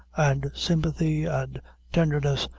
and sympathy, and tenderness,